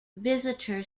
visitor